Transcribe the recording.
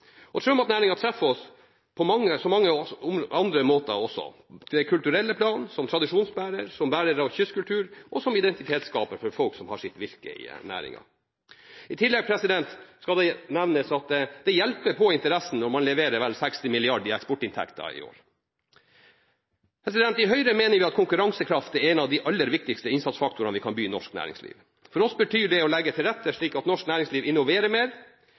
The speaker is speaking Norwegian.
treffer oss på så mange andre måter også: på det kulturelle plan, som tradisjonsbærer, som bærer av kystkultur og som identitetsskaper for folk som har sitt virke i næringen. I tillegg skal det nevnes at det hjelper på interessen når man leverer vel 60 mrd. kr i eksportinntekter i året. I Høyre mener vi at konkurransekraft er en av de aller viktigste innsatsfaktorene vi kan by norsk næringsliv. For oss betyr det å legge til rette slik at norsk næringsliv innoverer mer,